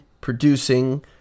producing